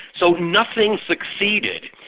so nothing succeeded,